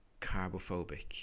carbophobic